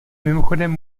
mimochodem